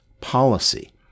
policy